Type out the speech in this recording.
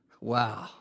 Wow